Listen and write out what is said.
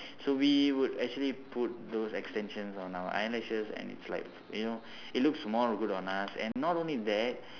so we would actually put those extensions on our eyelashes and it's like you know it looks more good on us and not only that